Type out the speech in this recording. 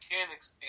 mechanics